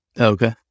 Okay